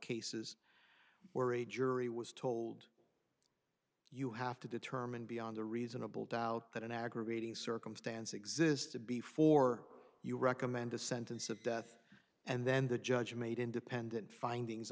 cases where a jury was told you have to determine beyond a reasonable doubt that an aggravating circumstance existed before you recommend a sentence of death and then the judge made independent findings